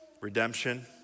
Redemption